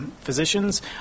Physicians